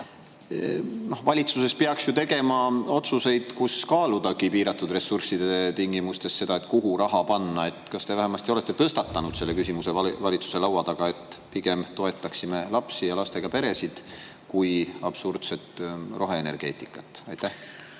Valitsus peaks tegema otsuseid, kus kaaluda piiratud ressursside tingimustes seda, kuhu raha panna. Kas te vähemalt olete tõstatanud selle küsimuse valitsuse laua taga, et pigem toetaksime lapsi ja lastega peresid kui absurdset roheenergeetikat? Oi,